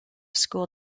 school